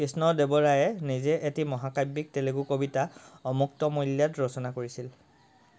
কৃষ্ণ দেৱ ৰায়ে নিজে এটি মহাকাব্যিক তেলেগু কবিতা অমুক্তমল্যাদ ৰচনা কৰিছিল